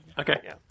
Okay